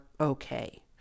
okay